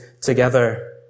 together